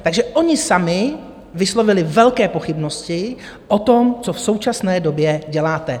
Takže oni sami vyslovili velké pochybnosti o tom, co v současné době děláte.